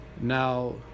now